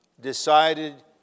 decided